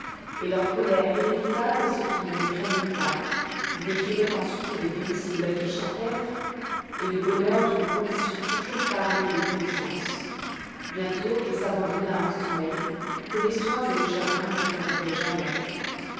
et leur colère inévitable à ceux qui ne les craignent pas ils décrivoient ensuite les délices de la vie champêtre et le bonheur d'une condition toujours parée de l'innocence bientôt ils s'abandonnoient à un sommeil que les soins et les chagrins n'interrompoient jamais